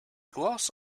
gloss